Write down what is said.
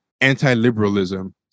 anti-liberalism